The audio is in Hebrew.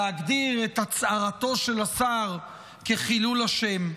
להגדיר את הצהרתו של השר כחילול השם.